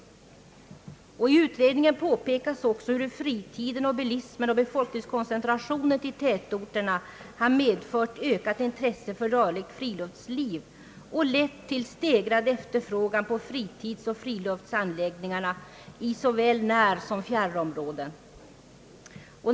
I utredningen påpekas också hur fritiden, bilismen och befolkningskoncentrationen till tätorterna har medfört ökat intresse för rörligt friluftsliv och lett till stegrad efterfrågan på fritidsoch friluftsanläggningar i såväl närsom fjärrområden.